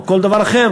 או כל דבר אחר.